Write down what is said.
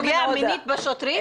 השמאל פוגע מינית בשוטרים?